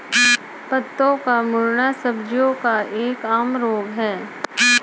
पत्तों का मुड़ना सब्जियों का एक आम रोग है